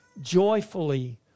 joyfully